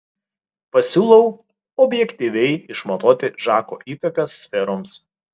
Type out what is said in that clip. pasiūlau objektyviai išmatuoti žako įtaką sferoms